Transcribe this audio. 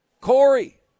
Corey